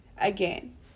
Again